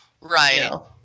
right